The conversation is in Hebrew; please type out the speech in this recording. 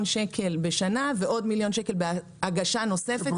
שקל בשנה ועוד מיליון שקל בהגשה נוספת